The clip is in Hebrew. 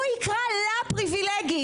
הוא יקרא לה פריבילגית,